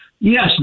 Yes